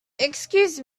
excuse